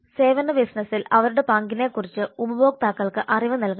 സേവന ബിസിനസിൽ അവരുടെ പങ്കിനെക്കുറിച്ച് ഉപഭോക്താക്കൾക്ക് അറിവ് നൽകണം